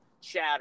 chatter